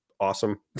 Awesome